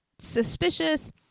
suspicious